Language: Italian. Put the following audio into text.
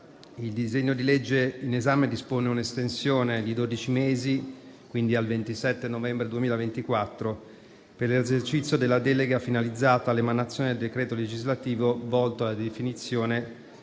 il disegno di legge in esame dispone un'estensione di dodici mesi, quindi al 27 novembre 2024, per l'esercizio della delega finalizzata all'emanazione del decreto legislativo volto alla definizione